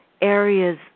areas